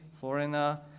foreigner